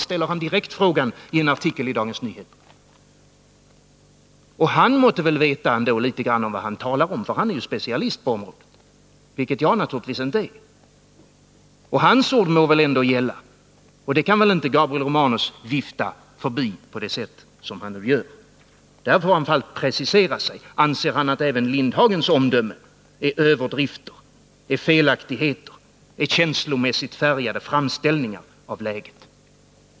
frågar han direkt i en artikel i Dagens Nyheter. Han måtte väl ändå litet grand veta vad han talar om, eftersom han är specialist på området, vilket jag naturligtvis inte är. Hans ord må väl ändå gälla, dem kan väl inte Gabriel Romanus vifta bort. Här måste Gabriel Romanus precisera sig: Anser Gabriel Romanus att även Lindhagens uttalande präglas av överdrifter, felaktigheter och en känslomässig framställning av läget?